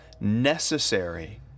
necessary